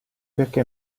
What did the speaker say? perché